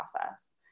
process